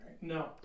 No